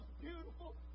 beautiful